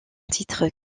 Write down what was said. titre